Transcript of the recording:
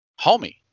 Homie